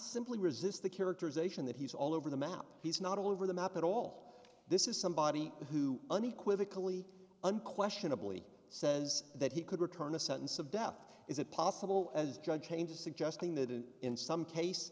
simply resist the characterization that he's all over the map he's not all over the map at all this is somebody who unequivocally unquestionably says that he could return a sentence of death is it possible as judge change is suggesting that in some case